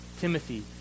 Timothy